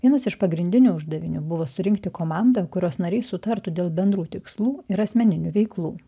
vienas iš pagrindinių uždavinių buvo surinkti komandą kurios nariai sutartų dėl bendrų tikslų ir asmeninių veiklų